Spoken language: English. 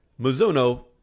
Mizuno